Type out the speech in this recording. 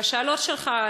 והשאלות שלך,